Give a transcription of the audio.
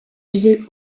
vivaient